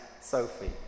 Sophie